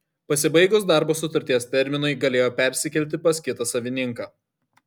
pasibaigus darbo sutarties terminui galėjo persikelti pas kitą savininką